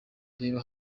reba